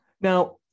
Now